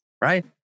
right